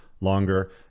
longer